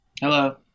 Hello